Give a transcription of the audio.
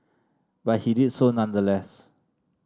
but he did so nonetheless